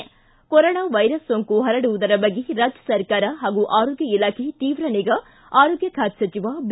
ಕೊ corona virus ಸೋಂಕು ಪರಡುವುದರ ಬಗ್ಗೆ ರಾಜ್ಯ ಸರ್ಕಾರ ಹಾಗೂ ಆರೋಗ್ಯ ಇಲಾಖೆ ತೀವ್ರ ನಿಗಾ ಆರೋಗ್ಯ ಖಾತೆ ಸಚಿವ ಬಿ